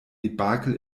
debakel